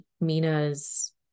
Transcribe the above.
Mina's